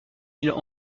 îles